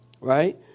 Right